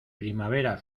primavera